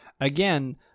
Again